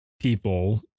people